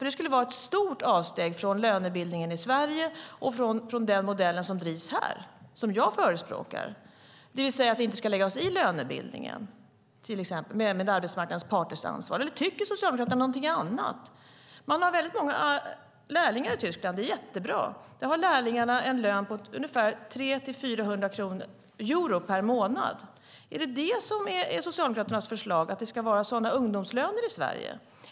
Det skulle vara ett stort avsteg från lönebildningen i Sverige och från den modell som drivs här och som jag förespråkar, det vill säga att vi inte ska lägga oss i lönebildningen och arbetsmarknadens parters ansvar. Eller tycker Socialdemokraterna någonting annat? Man har många lärlingar i Tyskland. Det är jättebra. Där har lärlingarna en lön på ungefär 300-400 euro per månad. Är det detta som är Socialdemokraternas förslag - att det ska vara sådana ungdomslöner i Sverige?